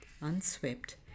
unswept